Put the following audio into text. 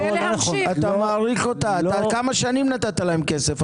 כמה שנים נתת להם כסף.